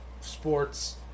sports